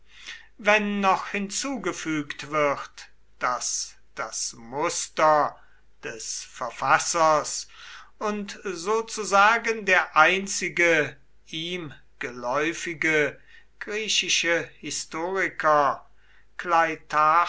wenn noch hinzugefügt wird daß das muster des verfassers und sozusagen der einzige ihm geläufige griechische historiker